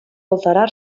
alterar